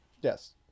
Yes